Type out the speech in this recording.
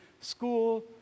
school